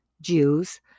Jews